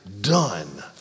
done